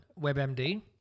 webmd